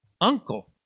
Uncle